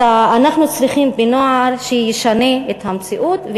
אז אנחנו צריכים נוער שישנה את המציאות,